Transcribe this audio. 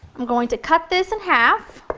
am going to cut this in half